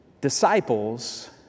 disciples